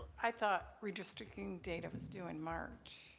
i thought redistricting data was due in march